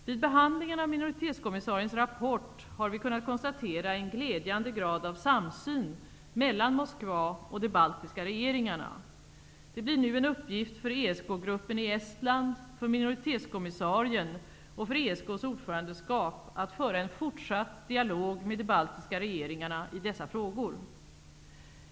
Vid behandlingen av minoritetskommissariens rapport har vi kunnat konstatera en glädjande grad av samsyn mellan Moskva och de baltiska regeringarna. Det blir nu en uppgift för ESK gruppen i Estland, för minoritetskommissarien och för ESK:s ordförandeskap att föra en fortsatt dialog med de baltiska regeringarna i dessa frågor.